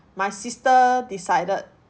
my sister decided